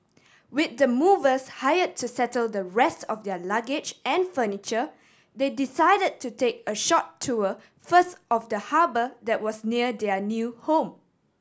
with the movers hire to settle the rest of their luggage and furniture they decided to take a short tour first of the harbour that was near their new home